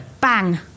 Bang